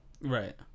Right